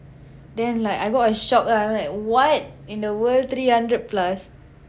then like I got a shock ah I'm like what in the world three hundred plus